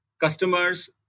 customers